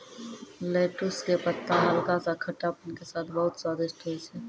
lettuce के पत्ता हल्का सा खट्टापन के साथॅ बहुत स्वादिष्ट होय छै